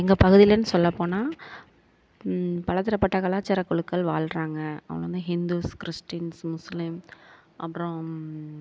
எங்கள் பகுதியிலேனு சொல்லப்போனால் பலதரப்பட்ட கலாச்சார குழுக்கள் வாழ்றாங்க அவங்க வந்து இந்துஸ் கிறிஸ்டின்ஸ் முஸ்லீம் அப்புறம்